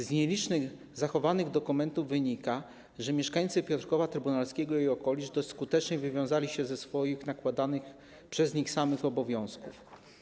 Z nielicznych zachowanych dokumentów wynika, że mieszkańcy Piotrkowa Trybunalskiego i okolic dość skutecznie wywiązali się ze swoich nakładanych przez nich samych obowiązków.